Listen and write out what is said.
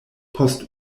post